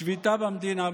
שביתה במדינה.